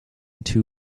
two